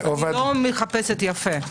לא מחפשת יפה.